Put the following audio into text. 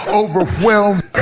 overwhelmed